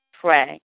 pray